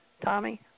Tommy